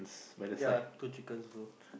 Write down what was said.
ya two chickens also